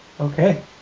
okay